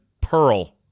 Pearl